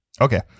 Okay